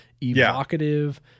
evocative